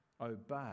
Obey